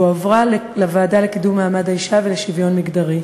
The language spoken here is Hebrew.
והועברה לוועדה לקידום מעמד האישה ולשוויון מגדרי.